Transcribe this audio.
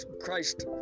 Christ